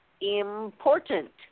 important